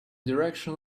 direction